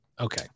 Okay